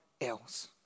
else